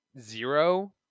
zero